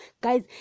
guys